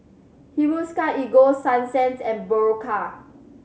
Hiruscar Ego Sunsense and Berocca